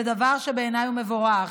זה דבר שבעיניי הוא מבורך.